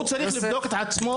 הוא צריך לבדוק את עצמו.